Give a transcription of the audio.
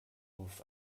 auf